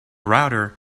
router